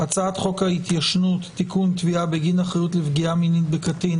הצעת חוק ההתיישנות (תיקון - תביעה בגין אחריות לפגיעה מינית בקטין),